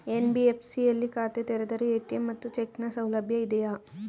NBFC ಯಲ್ಲಿ ಖಾತೆ ತೆರೆದರೆ ಎ.ಟಿ.ಎಂ ಮತ್ತು ಚೆಕ್ ನ ಸೌಲಭ್ಯ ಇದೆಯಾ?